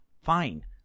fine